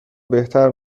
بهتر